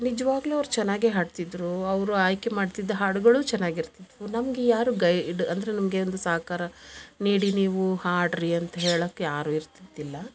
ನಿಜ್ವಾಗಲೂ ಅವ್ರು ಚೆನ್ನಾಗೇ ಹಾಡ್ತಿದ್ದರು ಅವರು ಆಯ್ಕೆ ಮಾಡ್ತಿದ್ದ ಹಾಡುಗಳು ಚೆನ್ನಾಗಿರ್ತಿದ್ವು ನಮ್ಗೆ ಯಾರು ಗೈಡ್ ಅಂದರೆ ನಮಗೆ ಒಂದು ಸಹಕಾರ ನೀಡಿ ನೀವು ಹಾಡ್ರಿ ಅಂತ ಹೇಳಕ್ಕೆ ಯಾರು ಇರ್ತಿದ್ದಿಲ್ಲ